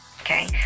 okay